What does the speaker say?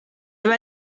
debe